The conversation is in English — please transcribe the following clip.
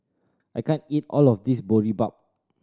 I can't eat all of this Boribap